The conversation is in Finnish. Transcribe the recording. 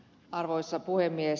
arvoisa puhemies